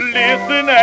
listen